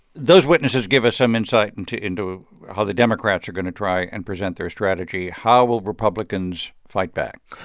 those witnesses give us some insight into into how the democrats are going to try and present their strategy. how will republicans fight back?